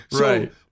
Right